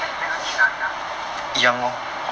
then 会去哪里 ah